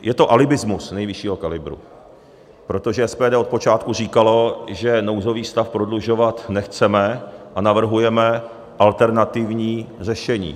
Je to alibismus nejvyššího kalibru, protože SPD od počátku říkalo, že nouzový stav prodlužovat nechceme a navrhujeme alternativní řešení.